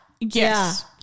yes